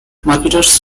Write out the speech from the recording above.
marketers